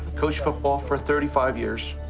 coached football for thirty five years.